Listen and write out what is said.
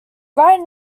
right